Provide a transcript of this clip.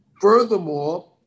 Furthermore